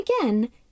again